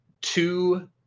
two